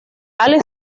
all